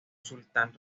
sultán